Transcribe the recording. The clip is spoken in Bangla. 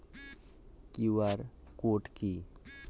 কিউ.আর কোড কি?